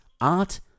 art